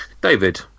David